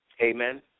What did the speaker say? amen